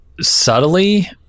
subtly